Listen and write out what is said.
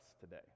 today